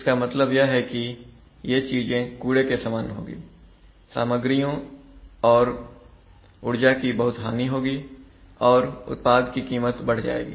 इसका मतलब यह है कि ये चीजें कूड़े के समान होगी सामग्रियों और उर्जा की बहुत हानि होगी और उत्पाद की कीमत बढ़ जाएगी